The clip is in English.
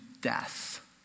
death